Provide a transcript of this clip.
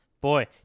Boy